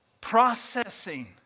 processing